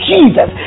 Jesus